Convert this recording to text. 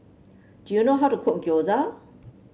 do you know how to cook Gyoza